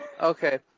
Okay